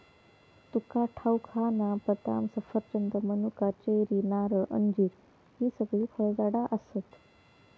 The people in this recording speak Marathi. तुका ठाऊक हा ना, बदाम, सफरचंद, मनुका, चेरी, नारळ, अंजीर हि सगळी फळझाडा आसत